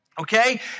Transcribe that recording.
okay